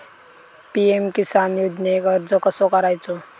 PM Kisan योजनेक अर्ज कसो करायचो?